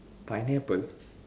pineapple